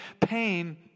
pain